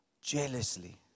jealously